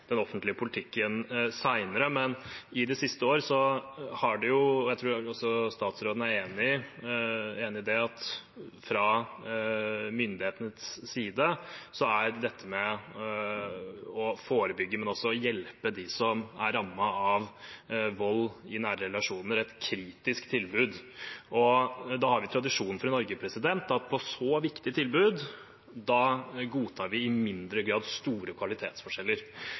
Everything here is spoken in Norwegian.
offentlige politikken senere. Men de siste årene – jeg tror også statsråden er enig i det – har fra myndighetenes side dette med å forebygge, men også hjelpe dem som er rammet av vold i nære relasjoner, vært et kritisk tilbud. Da har vi tradisjon for i Norge at på så viktige tilbud godtar vi i mindre grad store kvalitetsforskjeller.